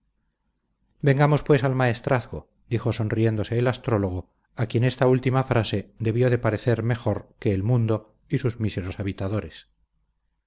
vengamos pues al maestrazgo dijo sonriéndose el astrólogo a quien esta última frase debió de parecer mejor que el mundo y sus míseros habitadores